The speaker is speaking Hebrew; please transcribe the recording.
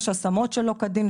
על איזה תקצוב דיבר יריב?